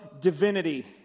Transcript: divinity